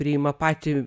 priima patį